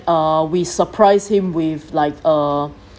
uh we surprise him with like uh